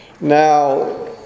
Now